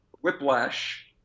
Whiplash